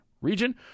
region